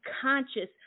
conscious